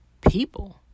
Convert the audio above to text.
people